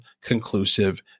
conclusive